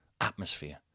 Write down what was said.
Atmosphere